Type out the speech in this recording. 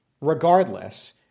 regardless